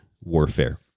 warfare